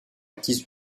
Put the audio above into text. acquise